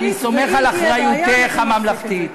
אני סומך על אחריותך הממלכתית.